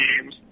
games